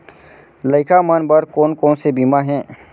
लइका मन बर कोन कोन से बीमा हे?